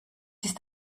ist